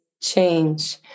change